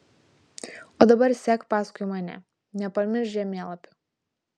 o dabar sek paskui mane nepamiršk žemėlapių